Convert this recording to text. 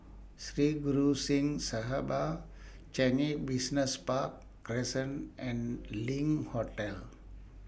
Sri Guru Singh Sabha Changi Business Park Crescent and LINK Hotel